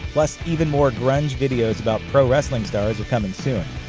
plus, even more grunge videos about pro wrestling stars are coming soon.